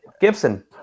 Gibson